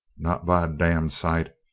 not by a damned sight!